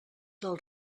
del